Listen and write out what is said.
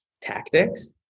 tactics